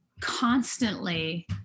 constantly